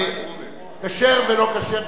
כשר ולא כשר,